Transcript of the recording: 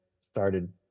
started